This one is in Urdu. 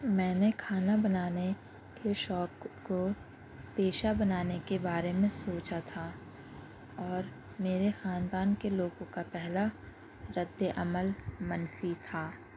میں نے کھانا بنانے کے شوق کو پیشہ بنانے کے بارے میں سوچا تھا اور میرے خاندان کے لوگوں کا پہلا ردِّعمل منفی تھا